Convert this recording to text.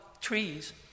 trees